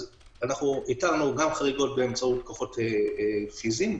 אז איתרנו חריגות באמצעות כוחות פיזיים,